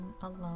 alone